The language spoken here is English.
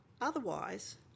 Otherwise